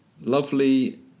Lovely